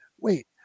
wait